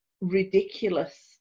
ridiculous